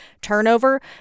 turnover